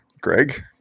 Greg